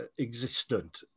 existent